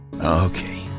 Okay